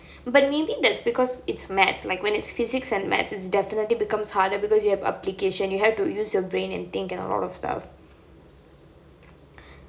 but maybe that's because it's mathematics like when it's physics and mathematics it definitely becomes harder because you have application you have to use your brain and think and all that stuff